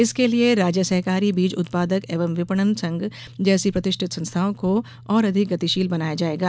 इसके लिए राज्य सहकारी बीज उत्पादक एवं विपणन संघ जैसी प्रतिष्ठित संस्थाओं को और अधिक गतिशील बनाया जाएगा